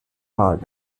hard